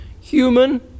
human